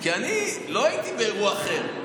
כי אני לא הייתי באירוע אחר.